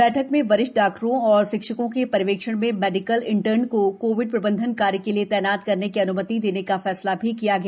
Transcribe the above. बैठक में वरिष्ठ डॉक्टरों और शिक्षकों के र्यवेक्षण में मेडिकल इंटर्न को कोविड प्रबंधन कार्य के लिए तैनात करने की अन्मति देने का भी फैसला किया गया